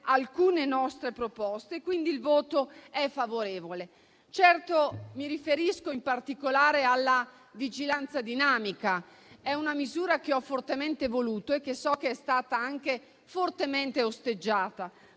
nostre proposte: quindi il nostro voto sarà favorevole. Certo mi riferisco in particolare alla vigilanza dinamica, che è una misura che ho fortemente voluto e che so che è stata anche fortemente osteggiata;